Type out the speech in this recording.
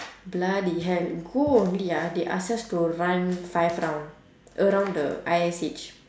bloody hell go only ah they ask us to run five round around the I_S_H